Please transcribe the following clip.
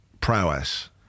prowess